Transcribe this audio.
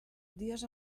dies